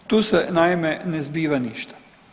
Tu se naime ne zbiva ništa.